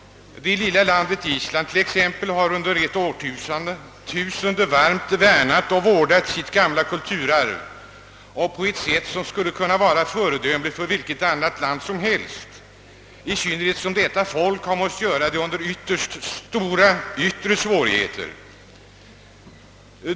Det lilla landet Island t.ex. har under ett årtusende varmt värnat och vårdat sitt gamla kulturarv på ett sätt som skulle vara föredömligt för vilket annat land som helst, i synnerhet som detta folk har måst göra det under stora yttre svårigheter.